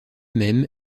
même